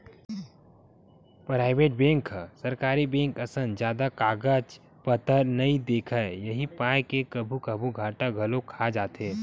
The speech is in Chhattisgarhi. पराइवेट बेंक ह सरकारी बेंक असन जादा कागज पतर नइ देखय उही पाय के कभू कभू घाटा घलोक खा जाथे